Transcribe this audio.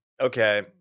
okay